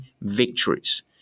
victories